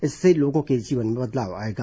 इससे लोगों के जीवन में बदलाव आएगा